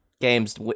games